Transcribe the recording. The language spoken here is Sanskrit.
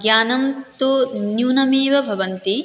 ज्ञानं तु न्यूनमेव भवति